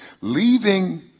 Leaving